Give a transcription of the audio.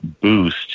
boost